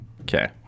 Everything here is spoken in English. Okay